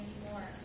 anymore